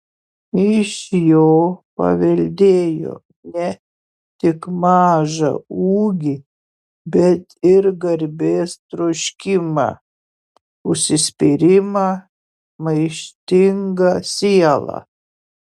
iš jo paveldėjo ne tik mažą ūgį bet ir garbės troškimą užsispyrimą maištingą sielą